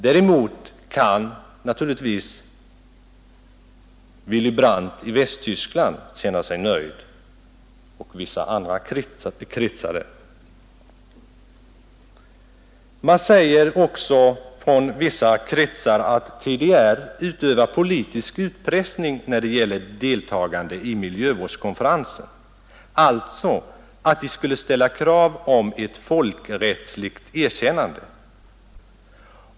Däremot kan naturligtvis Willy Brandt i Västtyskland och vissa andra politiker där känna sig nöjda. Man säger i vissa kretsar att TDR utövar politisk utpressning när det gäller deltagande i miljövårdskonferensen, alltså att TDR skulle ställa krav på ett folkrättsligt erkännande.